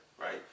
right